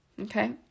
okay